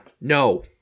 No